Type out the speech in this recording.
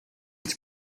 its